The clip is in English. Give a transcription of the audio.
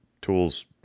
tools